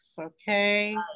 okay